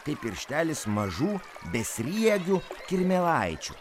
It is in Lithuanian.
kaip pirštelis mažų besriegių kirmėlaičių